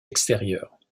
extérieures